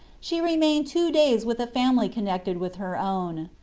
she remained two days with a family connected with her own.